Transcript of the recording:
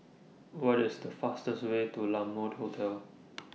What IS The fastest Way to La Mode Hotel